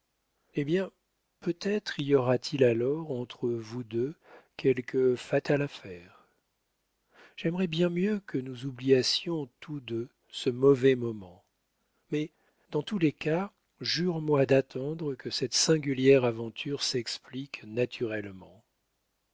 eh bien peut-être y aura-t-il alors entre vous deux quelque fatale affaire j'aimerais bien mieux que nous oubliassions tous deux ce mauvais moment mais dans tous les cas jure-moi d'attendre que cette singulière aventure s'explique naturellement